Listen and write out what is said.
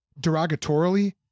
derogatorily